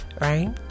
right